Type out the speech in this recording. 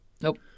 Nope